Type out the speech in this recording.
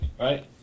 right